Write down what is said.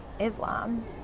Islam